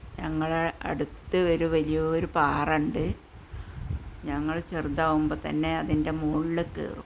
ഞങ്ങളുടെ അടുത്തു വര് വലിയൊരു പാറയുണ്ട് ഞങ്ങൾ ചെറുതാകുമ്പോൾത്തന്നെ അതിന്റെ മുകളിൽ കയറും